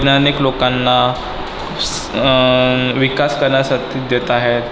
वैज्ञानिक लोकांना स्स विकास करण्यासाठी देत आहेत